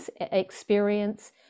experience